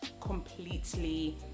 completely